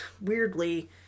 weirdly